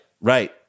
Right